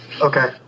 Okay